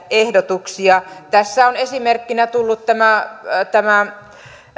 ehdotuksia tässä on esimerkkinä tullut tämä tämä